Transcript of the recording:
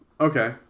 Okay